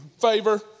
Favor